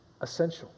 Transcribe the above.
essential